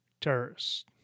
terrorists